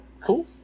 cool